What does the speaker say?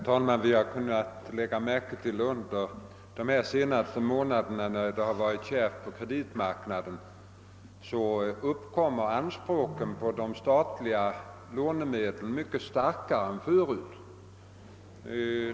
Herr talman! Vi har under de senaste månaderna, när det varit kärvt på kreditmarknaden, kunnat lägga märke till att anspråken på statliga lånemedel är mycket större än förut.